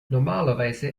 normalerweise